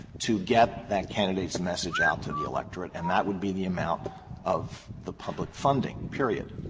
to get that candidate's message out to the electorate, and that would be the amount of the public funding, period.